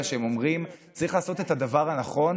שבו הם אומרים: צריך לעשות את הדבר הנכון